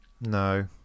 No